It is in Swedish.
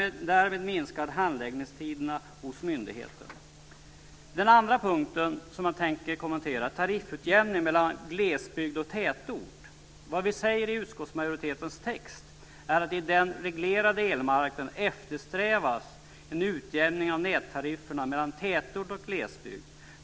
Därmed minskar handläggningstiderna hos myndigheten. Den andra punkten som jag tänker kommentera är tariffutjämning mellan glesbygd och tätort. Vad vi säger i utskottsmajoritetens text är att på den reglerade elmarknaden eftersträvas en utjämning av nättarifferna mellan tätort och glesbygd.